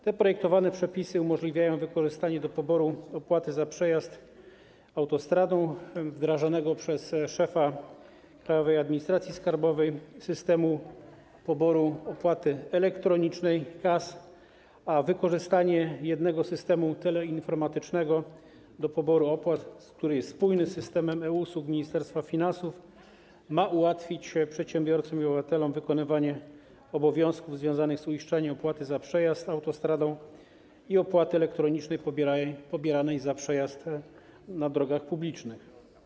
Te projektowane przepisy umożliwiają wykorzystanie do poboru opłat za przejazd autostradą wdrażanego przez szefa Krajowej Administracji Skarbowej systemu poboru opłaty elektronicznej KAS, a wykorzystanie jednego systemu teleinformatycznego do poboru opłat, który jest spójnym systemem e-usług Ministerstwa Finansów, ma ułatwić przedsiębiorcom i obywatelom wykonywanie obowiązków związanych z uiszczeniem opłaty za przejazd autostradą i opłaty elektronicznej pobieranej za przejazd na drogach publicznych.